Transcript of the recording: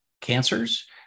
cancers